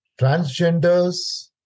transgenders